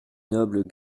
nobles